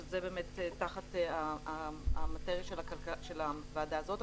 שזה באמת תחת המטריה של הוועדה הזאת,